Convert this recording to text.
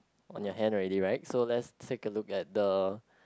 on your hand already right so let's take a look at the